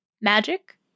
magic